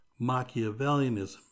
Machiavellianism